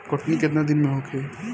कटनी केतना दिन में होखे?